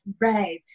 Right